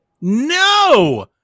No